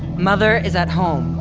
mother is at home.